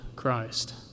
Christ